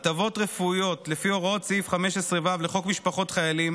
הטבות רפואיות לפי הוראות סעיף 15ו לחוק משפחות חיילים